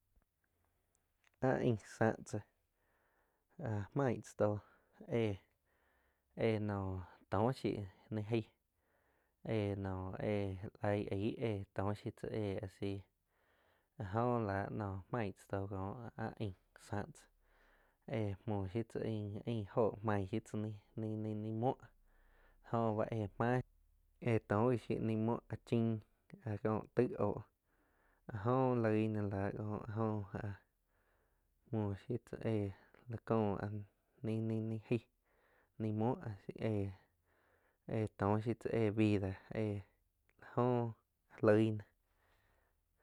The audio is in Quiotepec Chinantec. Áhh ain sáh tzá áh maing tzáh tóh éh-éh nóh to shiu ni aig éh no éh laig aig éh tó shiu tsá éh si áh jo láh maing tzá tó kóh áh aing sáh tzá éh muoh shiu tzá ain óho tain shiu tzá nain, nain-nain muoh jo bá éh máh éh tóh gí shiu ní muo chiin. Muo áh chiin áh kó taig óh áh jo loig ná láh có áh jo áh muo shiu tzá éh, la có áh nain-nain aig nai muo éh, éh tóh shiu tzá éh vida éh la jó loig na.